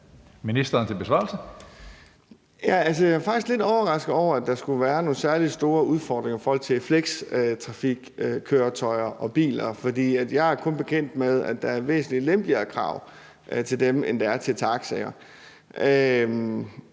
Jeg er faktisk lidt overrasket over, at der skulle være nogle særlig store udfordringer i forhold til flextrafikkøretøjer og -biler, for jeg er kun bekendt med, at der er væsentlig lempeligere krav til dem, end der er til taxaer.